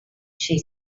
she